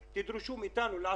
שתדרשו מאיתנו לעשות,